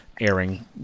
airing